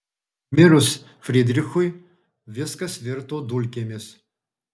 mirus frydrichui viskas virto dulkėmis